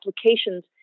applications